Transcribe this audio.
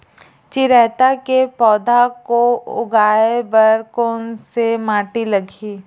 चिरैता के पौधा को उगाए बर कोन से माटी लगही?